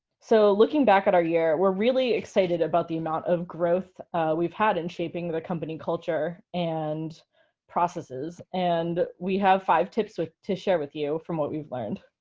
so looking back at our year, we're really excited about the amount of growth we've had in shaping the company culture and processes. and we have five tips to share with you from what we've learned.